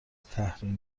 تحریم